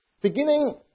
Beginning